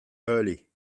early